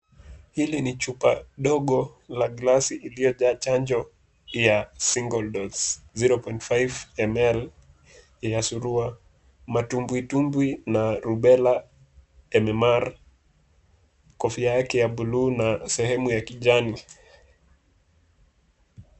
Hili ni chupa ndogo la glasi iliyojaa chanjo ya single dose zero point five ml . Ina surua, matumbwitumbwi na rubela MMR. Kofia yake ya buluu na sehemu ya kijani.